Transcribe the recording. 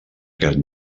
aquest